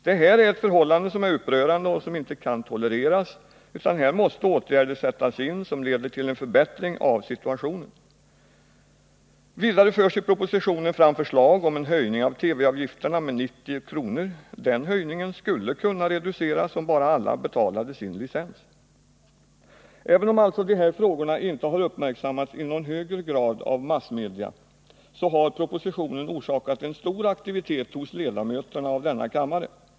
Det här är ett förhållande som är upprörande och som inte kan tolereras, utan här måste åtgärder sättas in som leder till en förbättring av situationen. Vidare förs i propositionen fram förslag om en höjning av TV-avgifterna med 90 kr. — den höjningen skulle kunna reduceras om bara alla betalade sin licens. Även om alltså de här frågorna inte har uppmärksammats i någon högre grad av massmedia så har propositionen orsakat en stor aktivitet hos ledamöterna av denna kammare.